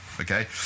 Okay